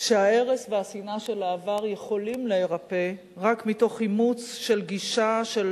שההרס והשנאה של העבר יכולים להירפא רק מתוך אימוץ גישה של